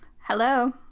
Hello